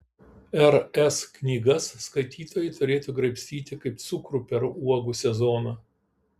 r s knygas skaitytojai turėtų graibstyti kaip cukrų per uogų sezoną